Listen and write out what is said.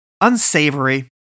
Unsavory